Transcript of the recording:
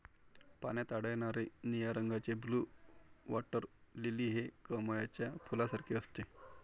पाण्यात आढळणारे निळ्या रंगाचे ब्लू वॉटर लिली हे कमळाच्या फुलासारखे असते